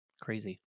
crazy